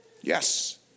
Yes